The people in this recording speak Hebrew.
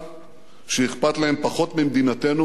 שאכפת להם פחות ממדינתנו ומעתידה.